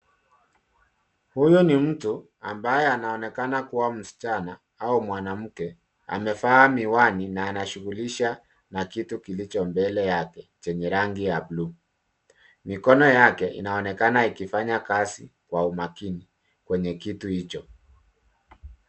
Huyu ni mtu, ambaye anaonekana kuwa msichana au mwanamke. Amevaa miwani na anashughulisha na kitu kilicho mbele yake chenye rangi ya buluu. Mikono yake inaonekana ikifanya kazi kwa umakini kwenye kitu hicho.